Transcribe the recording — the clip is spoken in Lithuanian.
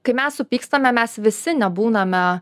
kai mes supykstame mes visi nebūname